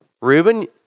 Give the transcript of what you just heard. Reuben